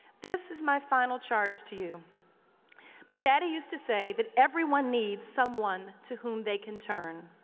this is my final charge to you my daddy used to say that everyone needs someone to whom they can turn.